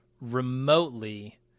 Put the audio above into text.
remotely